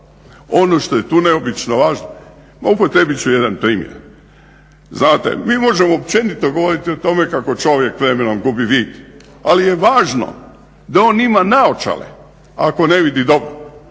Ono što je tu neobično važno ma upotrijebit ću jedan primjer, znate mi možemo općenito govoriti o tome kako čovjek s vremenom gubi vid ali je važno da on ima naočale ako ne vidi dobro.